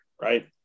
Right